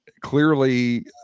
clearly